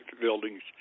buildings